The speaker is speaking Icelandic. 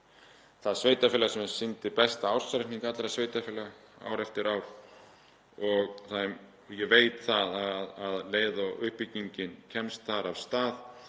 það sveitarfélag sem sýndi bestu ársreikninga allra sveitarfélaga ár eftir ár og ég veit að um leið og uppbyggingin kemst þar af stað